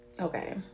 Okay